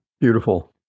Beautiful